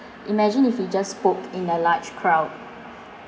imagine if you just spoke in a large crowd